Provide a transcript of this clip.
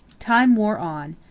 time wore on.